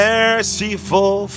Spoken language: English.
Merciful